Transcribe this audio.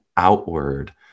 outward